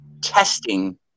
testing